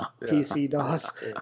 PC-DOS